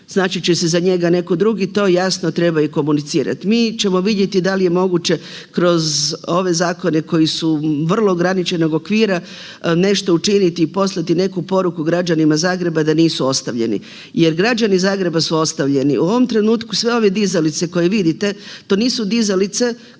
snaći će se za njega netko drugi. To jasno, treba i komunicirati. Mi ćemo vidjeti da li je moguće kroz ove zakone koji su vrlo ograničenog okvira nešto učiniti i poslati neku poruku građanima Zagreba da nisu ostavljeni. Jer građani Zagreba su ostavljeni, u ovom trenutku sve ove dizalice koje vidite, to nisu dizalice koje